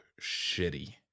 shitty